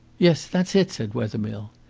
yes, that's it, said wethermill.